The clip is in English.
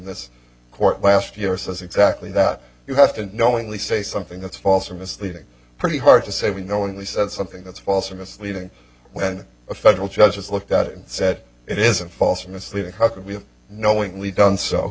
this court last year says exactly that you have to knowingly say something that's false or misleading pretty hard to say we knowingly said something that's false or misleading when a federal judge has looked at it and said it isn't false or misleading how could we have knowingly done so